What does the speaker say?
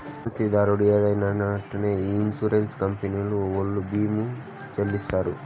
పాలసీదారు ఏదైనా నట్పూమొ ఇన్సూరెన్స్ కంపెనీ ఓల్లు భీమా చెల్లిత్తారు